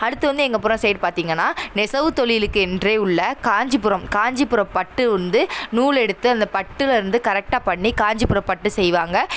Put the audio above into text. அடுத்து வந்து எங்கள் புறம் சைடு பார்த்திங்கனா நெசவு தொழிலுக்கு என்றே உள்ள காஞ்சிபுரம் காஞ்சிபுரம் பட்டு வந்து நூலெடுத்து அந்த பட்டுலிருந்து கரெக்டாக பண்ணி காஞ்சிபுரம் பட்டு செய்வாங்க